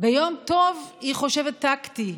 ביום טוב היא חושבת טקטי,